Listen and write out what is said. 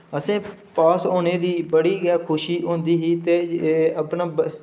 असें पास होने दी बड़ी गै खुशी होंदी ही ते अपना